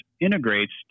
integrates